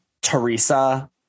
Teresa